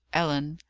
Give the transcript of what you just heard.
ellen,